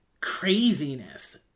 craziness